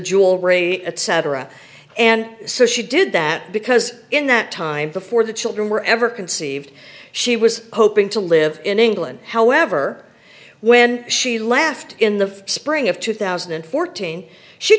jewelry etc and so she did that because in that time before the children were ever conceived she was hoping to live in england however when she laughed in the spring of two thousand and fourteen she